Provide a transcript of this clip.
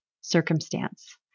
circumstance